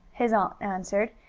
his aunt answered,